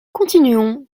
continuons